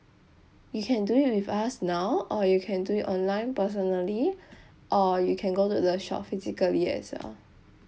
you can do it with us now or you can do it online personally or you can go to the shop physically as well